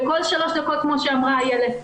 כמו שאמרה איילת,